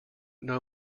know